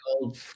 old